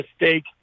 mistake